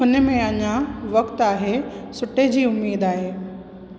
हुन में अञा वक़्तु आहे सुठे जी उमेद आहे